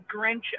grinch